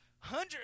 Hundred